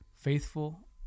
faithful